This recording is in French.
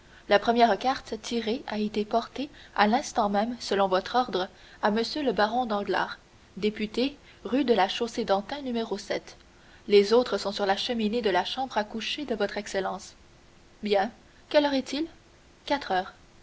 la première carte tirée a été portée à l'instant même selon votre ordre à m le baron danglars député rue de la chaussée-d'antin les autres sont sur la cheminée de la chambre à coucher de votre excellence bien quelle heure est-il quatre heures